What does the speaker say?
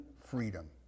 freedom